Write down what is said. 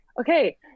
okay